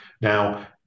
Now